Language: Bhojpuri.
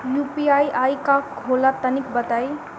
इ यू.पी.आई का होला तनि बताईं?